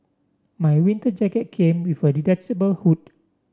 my winter jacket came with a detachable hood